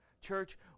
Church